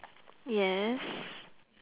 yes